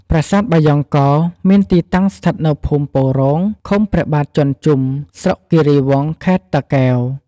ប្រាសាទបាយ៉ង់កោរមានទីតាំងស្ថិតនៅភូមិញេធិ៍រោង ឃុំព្រះបាទជាន់ជុំ ស្រុកគិរីវង់ ខេត្តតាកែវ។